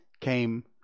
came